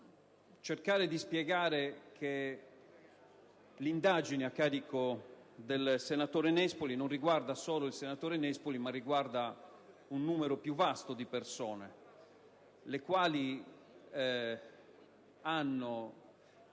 cercare di spiegare che l'indagine a carico del senatore Nespoli non riguarda soltanto lo stesso senatore Nespoli, ma un numero più vasto di persone, le quali in